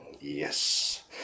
Yes